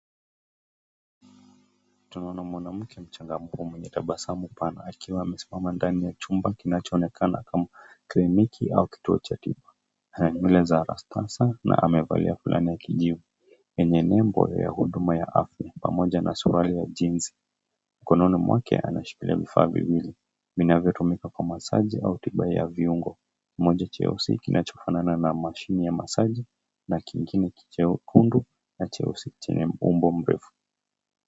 Tunaona mwanamke mchangamfu mwenye tabasamu pana akiwa amesimama ndani ya chumba kinachoonekana kama kliniki au kituo cha tiba. Ana nywele za rastasa na amevalia fulana ya kijivu yenye nembo ya huduma ya afya pamoja na suruali ya jeans . Mkononi mwake anashikilia vifaa viwili vinavyotumika kwa masaji au tiba ya viungo. Kimojawapo cheusi kinachofanana na mashine ya masaji na kingine chekundu na cheusi chenye mpambo mrefu.